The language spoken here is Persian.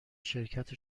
شرکت